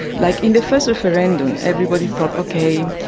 like in the first referendum everybody thought ok,